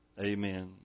Amen